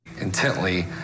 intently